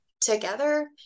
together